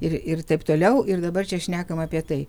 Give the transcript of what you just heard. ir ir taip toliau ir dabar čia šnekam apie tai